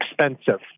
expensive